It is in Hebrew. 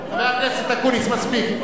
חבר הכנסת אקוניס, מספיק.